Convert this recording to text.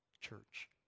church